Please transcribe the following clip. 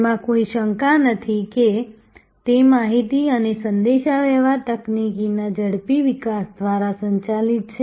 તેમાં કોઈ શંકા નથી કે તે માહિતી અને સંદેશાવ્યવહાર તકનીકના ઝડપી વિકાસ દ્વારા સંચાલિત છે